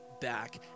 back